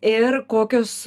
ir kokios